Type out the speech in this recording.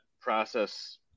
process